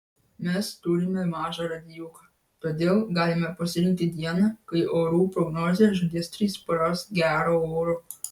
mes turime mažą radijuką todėl galime pasirinkti dieną kai orų prognozė žadės tris paras gero oro